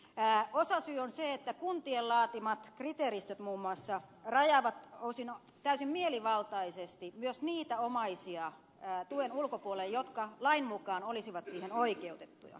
osasyy on se että kuntien laatimat kriteeristöt muun muassa rajaavat osin täysin mielivaltaisesti myös niitä omaisia tuen ulkopuolelle jotka lain mukaan olisivat siihen oikeutettuja